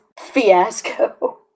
fiasco